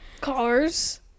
Cars